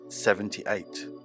Seventy-eight